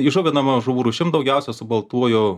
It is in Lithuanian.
įžuvinamų žuvų rūšim daugiausia su baltuoju